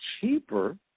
cheaper